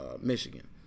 Michigan